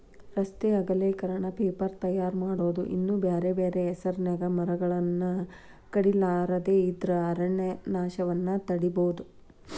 ರಸ್ತೆ ಅಗಲೇಕರಣ, ಪೇಪರ್ ತಯಾರ್ ಮಾಡೋದು ಇನ್ನೂ ಬ್ಯಾರ್ಬ್ಯಾರೇ ಹೆಸರಿನ್ಯಾಗ ಮರಗಳನ್ನ ಕಡಿಲಾರದ ಇದ್ರ ಅರಣ್ಯನಾಶವನ್ನ ತಡೇಬೋದು